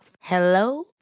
Hello